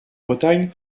bretagne